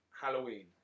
Halloween